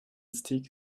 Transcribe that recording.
stick